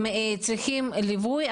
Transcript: הם צריכים ליווי,